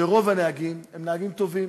שרוב הנהגים הם נהגים טובים,